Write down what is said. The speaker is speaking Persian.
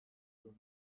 دنیا